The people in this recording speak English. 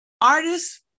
Artists